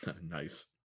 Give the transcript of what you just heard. Nice